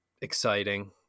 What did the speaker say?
exciting